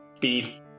Beef